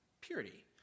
purity